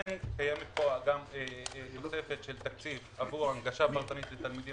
כן קיימת פה גם תוספת של תקציב עבור הנגשה פרטנית לתלמידים